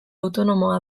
autonomoa